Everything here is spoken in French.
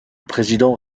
président